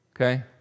Okay